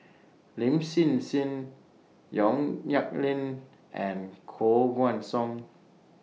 Lin Hsin Hsin Yong Nyuk Lin and Koh Guan Song